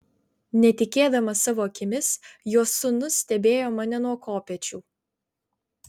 netikėdamas savo akimis jo sūnus stebėjo mane nuo kopėčių